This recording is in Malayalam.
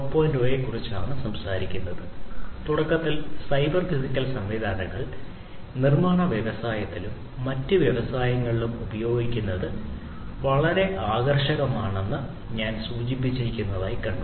0 നെക്കുറിച്ചാണ് സംസാരിക്കുന്നത് തുടക്കത്തിൽ സൈബർ ഫിസിക്കൽ സംവിധാനങ്ങൾ നിർമ്മാണ വ്യവസായത്തിലും മറ്റ് വ്യവസായങ്ങളിലും ഉപയോഗിക്കുന്നതിന് വളരെ ആകർഷകമാണെന്ന് ഞാൻ സൂചിപ്പിച്ചതായി കണ്ടു